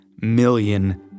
million